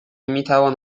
میتوان